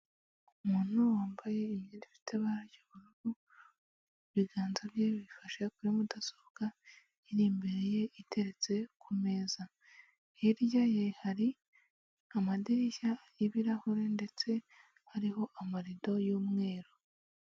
Umuntu wambaye imyenda ifite ibara ry'ubururu mu biganza bye bifashe kuri mudasobwa iri imbere ye iteretse ku meza, hirya ye hari amadirishya y'ibirahure ndetse hariho amarido y'umweru.